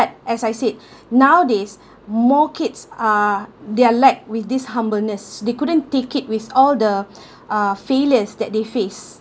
but as I said nowadays more kids are they're lack with this humbleness they couldn't take it with all the uh failures that they face